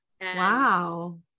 Wow